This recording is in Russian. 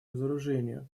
разоружению